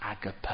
agape